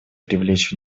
привлечь